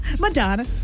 Madonna